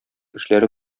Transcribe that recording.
эшләре